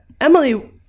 Emily